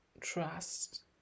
trust